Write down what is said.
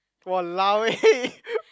!walao! eh